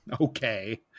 Okay